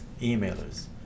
emailers